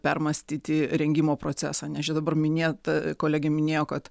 permąstyti rengimo procesą nes čia dabar minėta kolegė minėjo kad